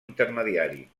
intermediari